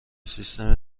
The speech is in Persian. سیستم